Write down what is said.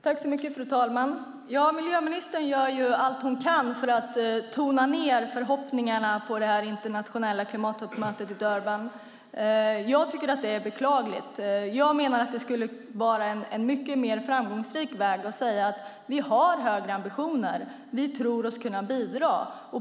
Fru talman! Miljöministern gör allt hon kan för att tona ned förhoppningarna på det internationella klimattoppmötet i Durban. Jag tycker att det är beklagligt. Jag menar att det skulle vara en mycket mer framgångsrik väg att säga att vi har högre ambitioner och att vi tror oss kunna bidra.